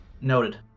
Noted